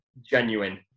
genuine